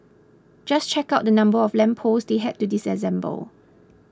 just check out the number of lamp posts they had to disassemble